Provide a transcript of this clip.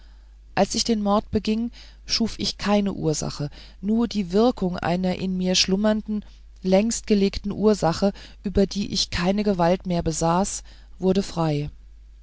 als ich den mord beging schuf ich keine ursache nur die wirkung einer in mir schlummernden längst gelegten ursache über die ich keine gewalt mehr besaß wurde frei